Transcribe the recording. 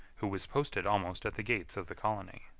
who was posted almost at the gates of the colony.